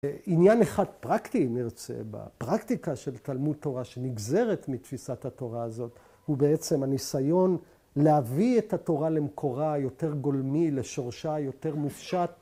‫עניין אחד פרקטי, אם נרצה, ‫בפרקטיקה של תלמוד תורה ‫שנגזרת מתפיסת התורה הזאת ‫הוא בעצם הניסיון להביא את התורה ‫למקורה היותר גולמי, ‫לשורשה היותר מופשט.